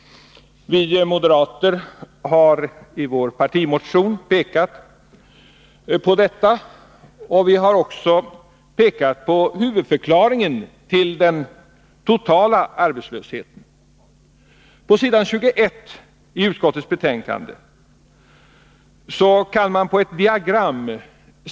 Vi moderater har i vår partimotion pekat på detta, och vi har också pekat på huvudförklaringen till den totala arbetslösheten. På s. 21i utskottets betänkande finns det ett diagram.